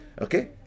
okay